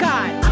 God